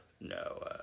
No